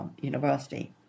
university